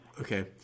okay